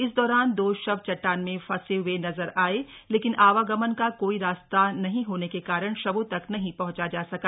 इस दौरान दो शव चट्टान में फंसे हए नजर आये लेकिन आवागमन का कोई रास्ता नहीं होने के कारण शवों तक नहीं पहुंचा जा सका